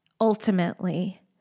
ultimately